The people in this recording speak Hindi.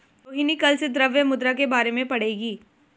रोहिणी कल से द्रव्य मुद्रा के बारे में पढ़ेगी